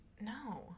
no